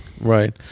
Right